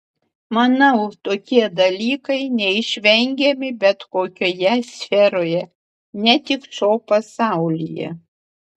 manau tokie dalykai neišvengiami bet kokioje sferoje ne tik šou pasaulyje